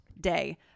day